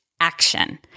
action